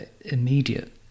immediate